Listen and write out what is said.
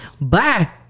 Bye